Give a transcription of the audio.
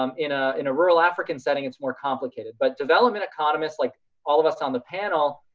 um in ah in a rural african setting it's more complicated but development economists like all of us on the panel,